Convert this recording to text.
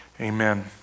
Amen